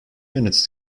minutes